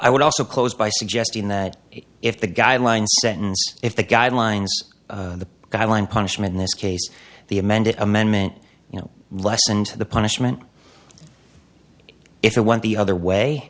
i would also close by suggesting that if the guidelines sentence if the guidelines the guideline punishment in this case the amended amendment you know lessened the punishment if it went the other way